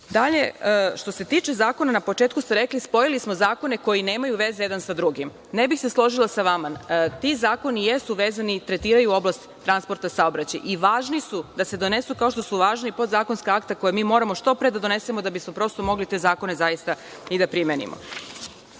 pruge. Što se tiče zakona, na početku ste rekli, spojili smo zakone koji nemaju veze jedan sa drugim. Ne bih se složila sa vama. Ti zakoni jesu vezani i tretiraju oblast transporta saobraćaja i važni su da se donesu, kao što su važna i podzakonska akta koja mi moramo što pre da donesemo, da bismo prosto mogli te zakone zaista i da primenimo. Ne